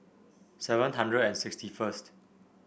seven hundred and sixty first